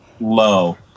low